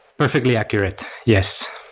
perfectly accurate. yes.